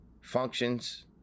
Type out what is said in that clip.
functions